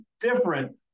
different